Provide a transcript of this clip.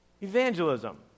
Evangelism